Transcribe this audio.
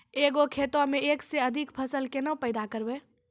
एक गो खेतो मे एक से अधिक फसल केना पैदा करबै?